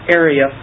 area